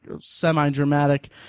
semi-dramatic